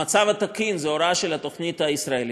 המצב התקין זה הוראה של התוכנית הישראלית,